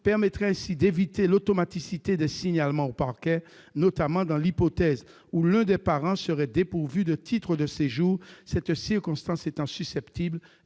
permettrait d'éviter l'automaticité des signalements au parquet, notamment dans l'hypothèse où l'un des parents serait dépourvu de titre de séjour, cette circonstance étant susceptible